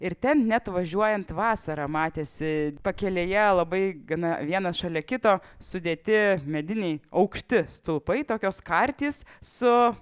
ir ten net važiuojant vasarą matėsi pakelėje labai gana vienas šalia kito sudėti mediniai aukšti stulpai tokios kartys su